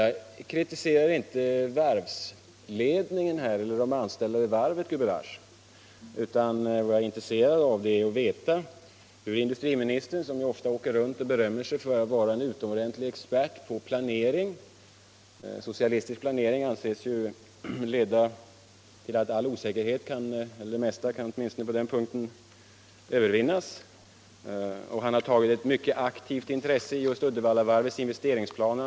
Jag kritiserar inte varvsledningen eller de anställda vid varvet, utan vad jag är intresserad av att veta är hur industriministern ser på denna fråga. Han reser ju ofta runt och berömmer sig av att vara en utomordentlig expert på planering. Socialistisk planering anses ju leda till att all osäkerhet eller åtminstone största delen därav kan övervinnas. Industriministern har ofta sagt att han haft ett mycket aktivt intresse för Uddevallavarvets investeringsplaner.